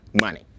money